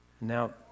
Now